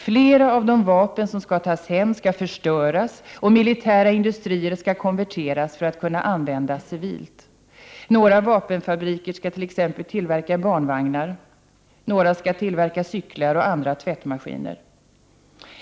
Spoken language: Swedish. Flera av de vapen som skall tas hem skall förstöras, och militära industrier skall konverteras för att kunna användas civilt. Några vapenfabriker skall t.ex. tillverka barnvagnar, några skall tillverka cyklar och andra tvättmaskiner.